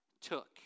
took